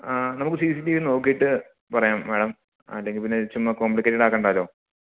ആ നമുക്ക് C C T V നോക്കിയിട്ടു പറയാം മേഡം അല്ലെങ്കില് പിന്നെ ഇത് ചുമ്മാ കോംബ്ലിക്കേറ്റഡാക്കണ്ടല്ലോ